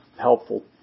helpful